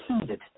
heated